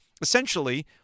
Essentially